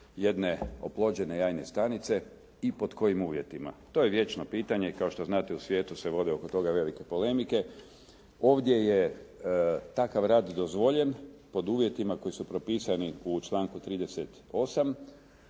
jedne oplođene jajne stanice i pod kojim uvjetima. To je vječno pitanje. Kao što znate u svijetu se vode oko toga velike polemike. Ovdje je takav rad dozvoljen pod uvjetima koji su propisani u članku 38.